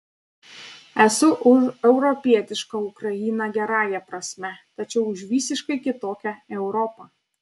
esu už europietišką ukrainą gerąja prasme tačiau už visiškai kitokią europą